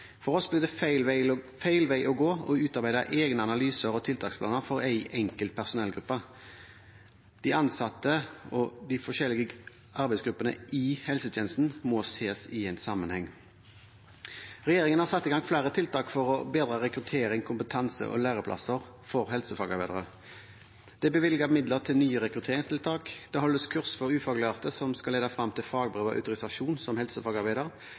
For oss blir det feil vei å gå å utarbeide egne analyser og tiltaksplaner for én enkelt personellgruppe. De ansatte og de forskjellige arbeidsgruppene i helsetjenesten må ses i sammenheng. Regjeringen har satt i gang flere tiltak for å bedre rekruttering av og kompetanse og læreplasser for helsefagarbeidere. Det er bevilget midler til nye rekrutteringstiltak, det holdes kurs for ufaglærte som skal lede frem til fagbrev og autorisasjon som helsefagarbeider,